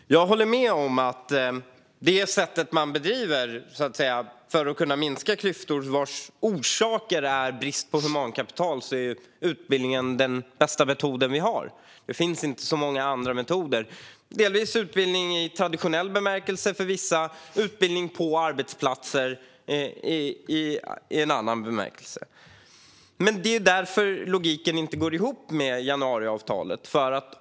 Fru talman! Jag håller med om att när det gäller det sätt man använder för att kunna minska klyftor, vars orsak är brist på humankapital, är utbildning den bästa metod som vi har. Det finns inte så många andra metoder. Det handlar för vissa om utbildning i traditionell bemärkelse och för vissa om utbildning på arbetsplatser i en annan bemärkelse. Men det är därför som logiken inte går ihop med januariavtalet.